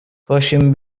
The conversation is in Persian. پاشیم